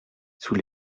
sous